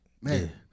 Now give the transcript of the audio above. Man